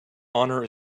honour